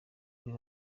kuri